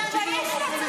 תתבייש לך.